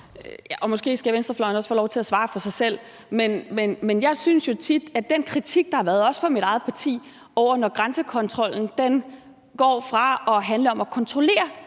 Måske skal venstrefløjen også få lov til at svare for sig selv. Men jeg synes jo tit, at den kritik, der har været – også fra mit eget partis side – går på, når grænsekontrollen går væk fra at handle om at kontrollere